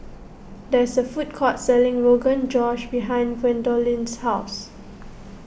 there is a food court selling Rogan Josh behind Gwendolyn's house